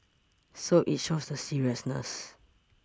so it shows the seriousness